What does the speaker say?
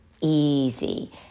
easy